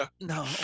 No